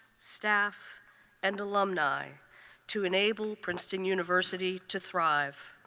staff and alumni to enable princeton university to thrive.